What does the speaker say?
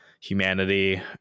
humanity